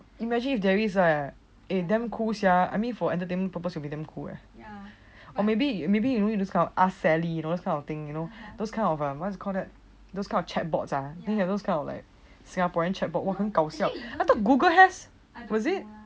imagine if there is right eh damn cool sia I mean for entertainment purpose will be damn cool eh or maybe maybe you know this kind of ask sally you know this kind of thing you know those kind of err what you call that those kind of chat box ah they have those kind of like singaporean chat box 我们搞像 I thought google has was it